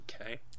Okay